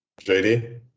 JD